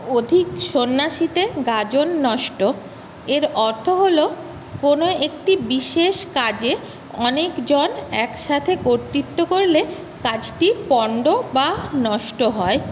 অধিক সন্ন্যাসীতে গাজন নষ্ট এর অর্থ হল কোনও একটি বিশেষ কাজে অনেকজন একসাথে কর্তৃত্ব করলে কাজটি পণ্ড বা নষ্ট হয়